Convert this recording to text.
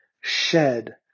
shed